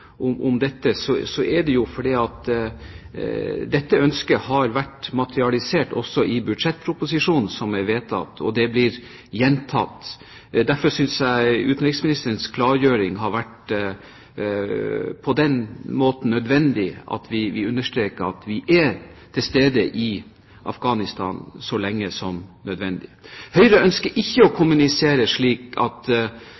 dette, så er det fordi dette ønsket har vært materialisert, også i budsjettproposisjonen som er vedtatt, og det blir gjentatt. Derfor synes jeg utenriksministerens klargjøring på den måten har vært nødvendig – at vi understreker at vi er til stede i Afghanistan så lenge som nødvendig. Høyre ønsker ikke å